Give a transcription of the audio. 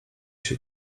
się